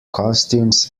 costumes